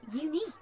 unique